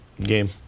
game